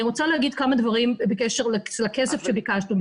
אני רוצה להגיד כמה דברים בקשר לכסף שביקשנו.